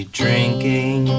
drinking